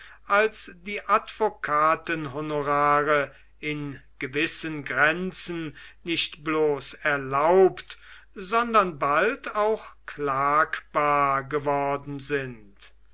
als die advokatenhonorare in gewissen grenzen nicht bloß erlaubt sondern bald auch klagbar geworden sind